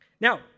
Now